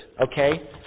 okay